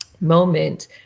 moment